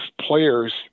players